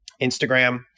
Instagram